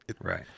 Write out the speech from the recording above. Right